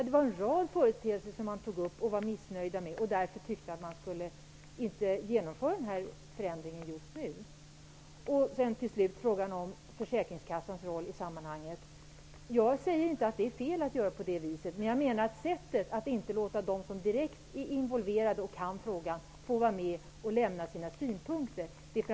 Det var en rad företeelser som man var missnöjd med. Därför tyckte man inte att den här förändringen skulle genomföras just nu. Till sist vill jag ta upp frågan om försäkringskassans roll i sammanhanget. Jag säger inte att det är fel att göra på det här viset. Jag reagerar framför allt emot att man inte låter dem som direkt är involverade och kan frågan vara med och lämna sina synpunkter.